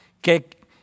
que